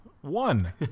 One